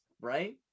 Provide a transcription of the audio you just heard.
right